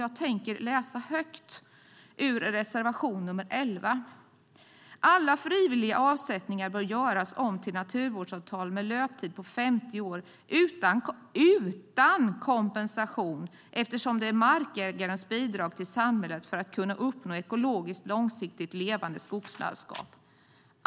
Jag ska därför läsa högt ur reservation nr 11: "Alla frivilliga avsättningar bör göras om till naturvårdsavtal med en löptid på 50 år utan kompensation eftersom de är markägarens bidrag till samhället för att kunna uppnå ekologiskt långsiktigt levande skogslandskap.